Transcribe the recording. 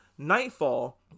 Nightfall